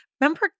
remember